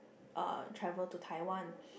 uh travel to Taiwan